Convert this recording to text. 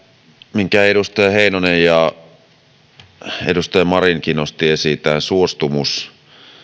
minkä edustaja heinonen ja edustaja marinkin nostivat esiin suostumus